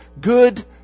good